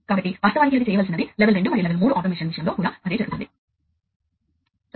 కాబట్టి మీరు వాటిని ట్రీ లాగా కనెక్ట్ చేయవచ్చు